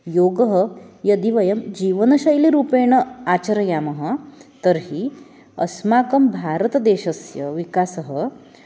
योगं यदि वयं जीवनशैलीरूपेण आचरामः तर्हि अस्माकं भारतदेशस्य विकासः